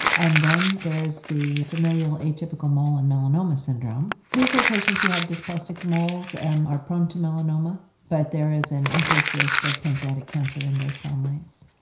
and then there is the familial atypical mole and melanoma syndrome. these are patients who have dysplastic moles and are prone to melanoma but there is an increased risk of pancreatic cancer in those families.